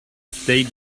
they